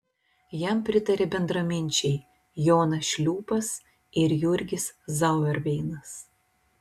jam pritarė bendraminčiai jonas šliūpas ir jurgis zauerveinas